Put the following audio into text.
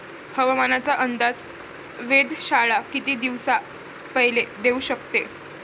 हवामानाचा अंदाज वेधशाळा किती दिवसा पयले देऊ शकते?